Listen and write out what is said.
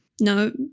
No